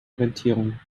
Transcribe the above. orientierung